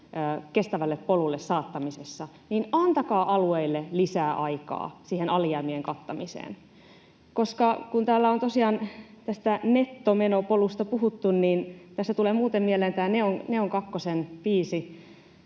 kestävälle polulle saattamisessa, niin antakaa alueille lisää aikaa siihen alijäämien kattamiseen, koska kun täällä on tosiaan tästä nettomenopolusta puhuttu, niin tässä tulee muuten mieleen tämä Neon 2:n biisi,